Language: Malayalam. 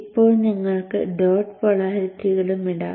ഇപ്പോൾ നിങ്ങൾക്ക് ഡോട്ട് പോളാരിറ്റികളും ഇടാം